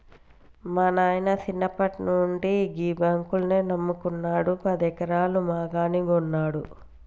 మా నాయిన సిన్నప్పట్నుండి గీ బాంకునే నమ్ముకున్నడు, పదెకరాల మాగాని గొన్నడు